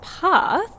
path